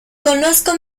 conozco